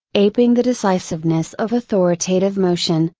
aping the decisiveness of authoritative motion,